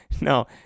No